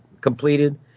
completed